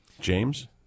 James